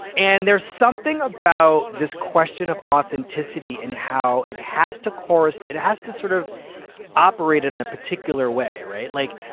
and there's something about this question of authenticity and how it has to chorus. it has to sort of operate in a particular way. right. like,